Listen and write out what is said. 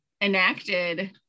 enacted